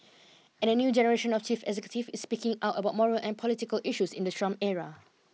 and a new generation of chief executives is speaking out about moral and political issues in the Trump era